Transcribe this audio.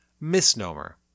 misnomer